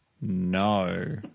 No